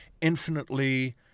infinitely